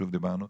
כמו שדיברנו.